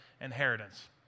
inheritance